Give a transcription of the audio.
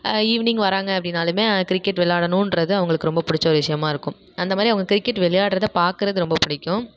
evening வராங்க அப்படின்னாலுமே cricket விள்ளாடனுன்றது அவங்களுக்கு ரொம்ப பிடிச்ச ஒரு விஷயமா இருக்கும் அந்த மாதிரி அவங்க கிரிக்கெட் விளையாட்றதை பார்க்குறக்கு ரொம்ப பிடிக்கும்